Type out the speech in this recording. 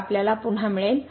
तर आपल्याला पुन्हा मिळेल